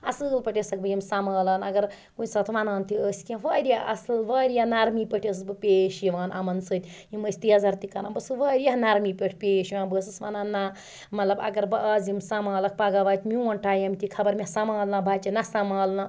اَصٕل پٲٹھۍ ٲسَکھ بہٕ یِم سَمبالان اگر کُنہِ سات وَنان تہِ ٲسۍ کینٛہہ واریاہ اصٕل واریاہ نَرمی پٲٹھۍ ٲسٕس بہٕ پیش یِوان یِمَن سۭتۍ یِم ٲسۍ تیزَر تہِ کَران بہٕ ٲسسَکھ واریاہ نَرمی پٲٹھۍ پیش یِوان بہٕ ٲسٕس وَنان نہ مَطلَب اگر بہٕ آز یِم سمبالَکھ پَگہہ واتہِ مِیون ٹایِم تہِ خَبَر مےٚ سَمبالنا بَچہِ نہ سَمبالنا